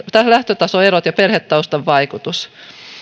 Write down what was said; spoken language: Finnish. lähtötasoerot ja perhetaustan vaikutus